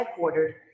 headquartered